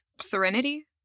Serenity